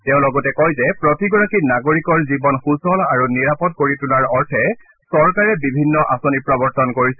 তেওঁ লগতে কয় যে প্ৰতিগৰাকী নাগৰিকৰ জীৱন সূচল আৰু নিৰাপদ কৰি তোলাৰ অৰ্থে চৰকাৰে বিভিন্ন আঁচনি প্ৰৱৰ্তন কৰিছে